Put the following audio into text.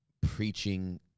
preaching